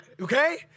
okay